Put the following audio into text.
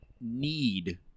need